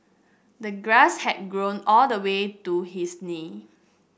the grass had grown all the way to his knee